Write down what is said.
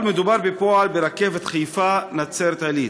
אבל מדובר בפועל ברכבת חיפה נצרת-עילית,